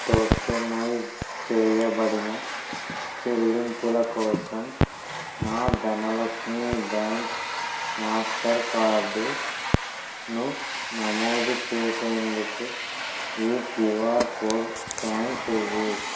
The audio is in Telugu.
టోకెనైజ్ చేయబడిన చెల్లింపుల కోసం నా ధనలక్ష్మి బ్యాంక్ మాస్టర్ కార్డును నమోదు చేసేందుకు ఈ క్యూఆర్ కోడ్ స్కాన్ చేయ్యి